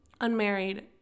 unmarried